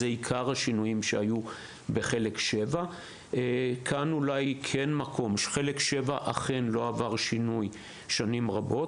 אלה הם עיקר השינויים שהיו בחלק 7. חלק 7 לא אכן עבר שינוי שנים רבות,